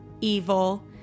evil